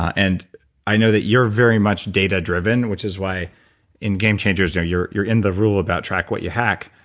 and i know that you're very much data driven, which is why in game changers you're you're in the rule about track what you hack.